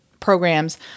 Programs